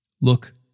Look